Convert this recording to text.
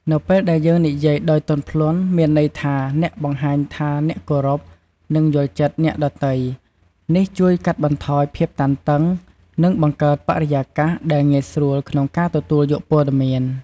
នៅពេលដែលយើងនិយាយដោយទន់ភ្លន់ មានន័យថាអ្នកបង្ហាញថាអ្នកគោរព និងយល់ចិត្តអ្នកដទៃ នេះជួយកាត់បន្ថយភាពតានតឹង និងបង្កើតបរិយាកាសដែលងាយស្រួលក្នុងការទទួលយកព័ត៌មាន។